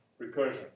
recursion